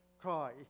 cry